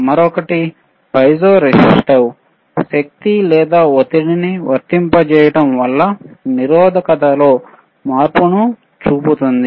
మరొకటి piezo resistive శక్తి లేదా ఒత్తిడిని వర్తింపజేయడం వల్ల నిరోధకతలో మార్పును చూపుతుంది